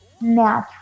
natural